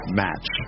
match